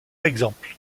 exemple